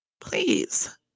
Please